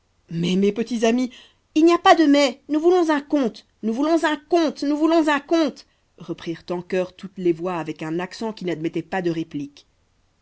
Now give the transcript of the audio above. mais mes petits amis il n'y a pas de mais nous voulons un conte nous voulons un conte nous voulons un conte reprirent en chœur toutes les voix avec un accent qui n'admettait pas de réplique